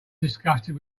disgusted